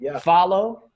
follow